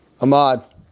Ahmad